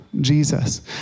Jesus